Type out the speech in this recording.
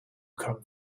come